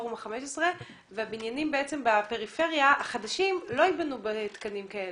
והבניינים החדשים בפריפריה לא ייבנו בתקנים כאלה?